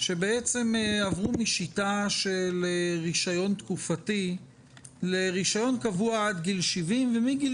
כשבעצם עברו משיטה של רישיון תקופתי לרישיון קבוע עד גיל 70 ומגיל